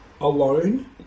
alone